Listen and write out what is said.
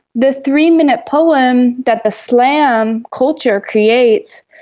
the three-minute poem that the slam culture creates,